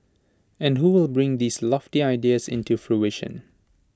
and who will bring these lofty ideas into fruition